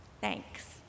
Thanks